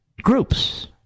groups